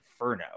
inferno